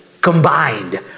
combined